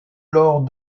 lors